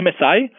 MSI